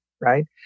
right